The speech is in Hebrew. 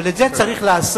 אבל את זה צריך לעשות,